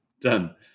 done